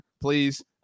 please